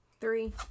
Three